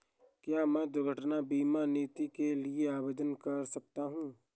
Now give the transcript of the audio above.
क्या मैं दुर्घटना बीमा नीति के लिए आवेदन कर सकता हूँ?